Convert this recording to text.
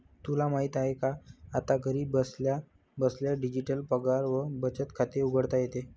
तुला माहित आहे का? आता घरी बसल्या बसल्या डिजिटल पगार व बचत खाते उघडता येते